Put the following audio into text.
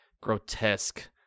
grotesque